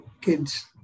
kids